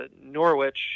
Norwich